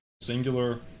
singular